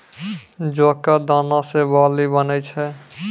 जौ कॅ दाना सॅ बार्ली बनै छै